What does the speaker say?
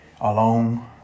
alone